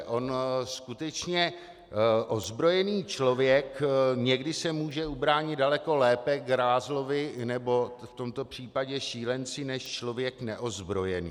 On skutečně ozbrojený člověk se někdy může ubránit daleko lépe grázlovi, nebo v tomto případě šílenci, než člověk neozbrojený.